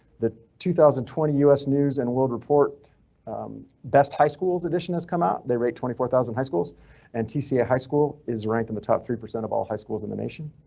the two thousand and twenty us news and world report best high schools addition is come out. they rate twenty four thousand high schools and tca high school is ranked in the top three percent of all high schools in the nation.